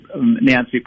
nancy